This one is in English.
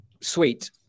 Sweet